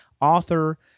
author